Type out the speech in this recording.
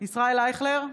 ישראל אייכלר,